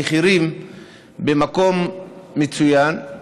המחירים במקום מצוין,